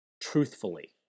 truthfully